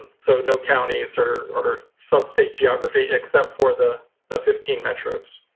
so no counties or or sub state geography except for the fifteen metros.